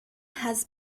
has